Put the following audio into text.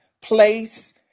place